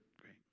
great